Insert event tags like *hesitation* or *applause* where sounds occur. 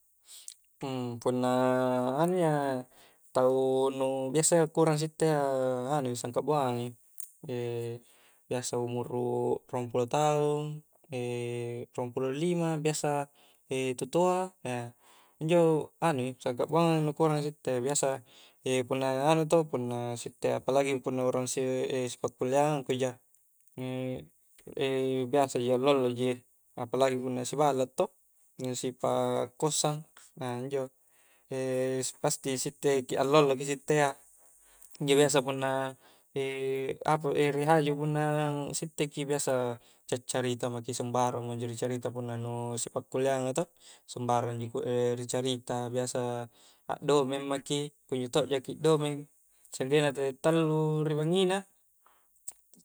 *hesitation* punna anu ia tau nu biasayya ku urang sitte ia anui sangkak buangang i, *hesitation* biasa umuru, ruampulo taung, *hesitation* ruang pulo lima biasa *hesitation* tu toa *hesitation* injo anui sangkak buangang i nu ku urang a sitte biasa *hesitation* punna anu toh sittea, apalagi punna urang si *hesitation* sipakkuliangku ja *hesitation* biasa ji allo-alloji apalagi punna siballak toh sipakkossang, a injo *hesitation* pasti sitteki allo-allo ki sitte iya *laughs* injo biasa punna *hesitation* apa *unintelligible* ri haju punna sittekki, biasa ca'carita mkki sembarang mi injo ricarita punna sipakkulianga toh, sembarang ji *hesitation* ricararita biasa a domeng mki, kunjo todo jki domeng sanggenna tette tallu ri bangngina,